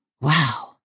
Wow